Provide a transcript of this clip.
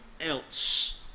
else